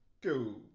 go